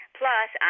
plus